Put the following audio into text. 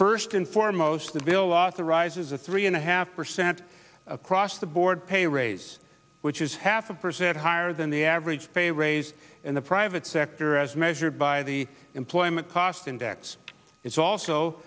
first and foremost the vilest arises a three and a half percent across the board pay raise which is half a percent higher than the average pay raise in the private sector as measured by the employment cost index is also